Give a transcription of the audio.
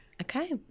Okay